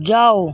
যাও